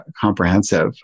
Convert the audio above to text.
comprehensive